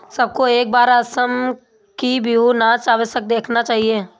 सबको एक बार असम का बिहू नाच अवश्य देखना चाहिए